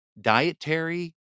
dietary